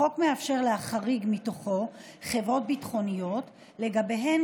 החוק מאפשר להחריג מתוכו חברות ביטחוניות שלגביהן